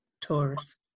Taurus